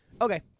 Okay